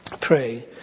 pray